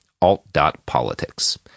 alt.politics